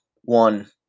One